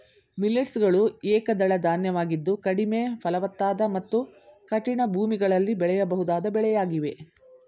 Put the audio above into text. millets ಗಳು ಏಕದಳ ಧಾನ್ಯವಾಗಿದ್ದು ಕಡಿಮೆ ಫಲವತ್ತಾದ ಮತ್ತು ಕಠಿಣ ಭೂಮಿಗಳಲ್ಲಿ ಬೆಳೆಯಬಹುದಾದ ಬೆಳೆಯಾಗಿವೆ